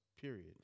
period